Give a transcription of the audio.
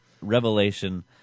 revelation